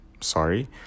Sorry